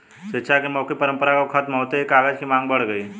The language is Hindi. शिक्षा की मौखिक परम्परा के खत्म होते ही कागज की माँग बढ़ गई